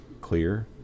clear